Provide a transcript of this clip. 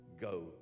go